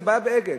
זה בעיה ב"אגד".